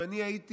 אם הייתי